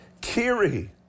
Kiri